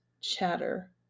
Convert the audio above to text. chatter